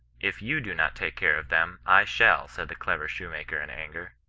if you do not take care of them, i shall said the clever shoemaker in anger.